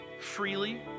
freely